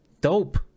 dope